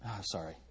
sorry